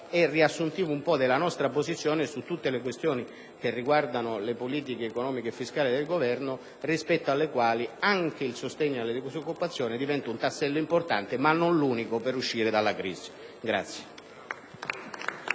riassuntiva della nostra posizione su tutte le questioni riguardanti le politiche economiche e fiscali del Governo rispetto alle quali anche il sostegno alla disoccupazione diventa un tassello importante, ma non l'unico, per uscire dalla crisi.